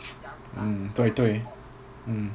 mm 对对 mm